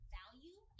value